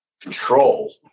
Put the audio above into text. control